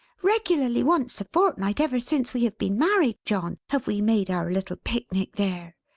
regularly once a fortnight ever since we have been married, john, have we made our little pic-nic there.